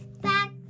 Back